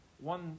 one